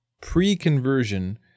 Pre-conversion